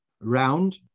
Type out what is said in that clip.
round